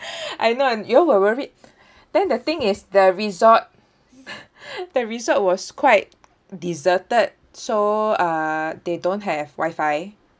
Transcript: I know you all were worried then the thing is the resort the resort was quite deserted so uh they don't have wifi